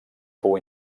fou